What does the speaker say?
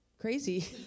crazy